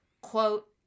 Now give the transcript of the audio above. Quote